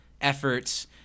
efforts